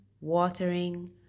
watering